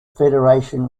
federation